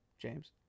James